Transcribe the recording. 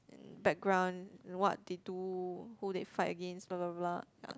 background what they do who they fight against blah blah blah